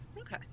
Okay